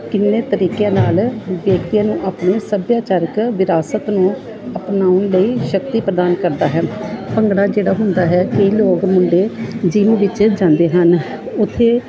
ਕਿੰਨੇ ਤਰੀਕਿਆਂ ਨਾਲ ਆਪਣੇ ਸੱਭਿਆਚਾਰਕ ਵਿਰਾਸਤ ਨੂੰ ਅਪਣਾਉਣ ਲਈ ਸ਼ਕਤੀ ਪ੍ਰਦਾਨ ਕਰਦਾ ਹੈ ਭੰਗੜਾ ਜਿਹੜਾ ਹੁੰਦਾ ਹੈ ਕਈ ਲੋਕ ਮੁੰਡੇ ਜਿਮ ਵਿੱਚ ਜਾਂਦੇ ਹਨ ਉੱਥੇ